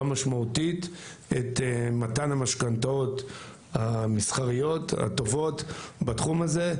משמעותית את מתן המשכנתאות המסחריות הטובות בתחום הזה,